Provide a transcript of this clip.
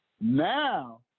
Now